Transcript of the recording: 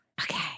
Okay